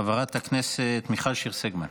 חברת הכנסת מיכל שיר סגמן.